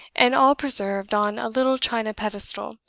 and all preserved on a little china pedestal,